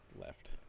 left